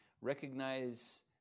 Recognize